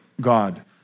God